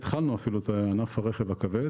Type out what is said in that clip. ואפילו עוד לא התחלנו את ענף הרכב הכבד